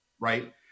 right